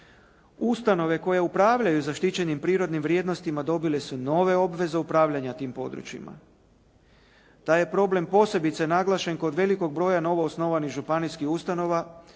ustanove koje upravljaju zaštićenim prirodnim vrijednostima dobile su nove obveze upravljanja tim područjima. Taj je problem posebice naglašen kos velikog broja novoosnovanih županijskih ustanova,